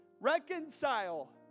Reconcile